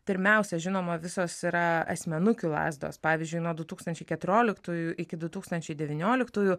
pirmiausia žinoma visos yra asmenukių lazdos pavyzdžiui nuo du tūkstančiai keturioliktųjų iki du tūkstančiai devynioliktųjų